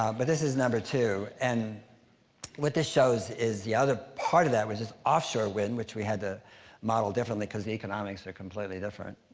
um but this is number two, and what this shows is the other part of that, which is offshore wind which we had to model differently cause the economics were completely different.